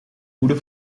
goede